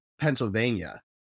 Pennsylvania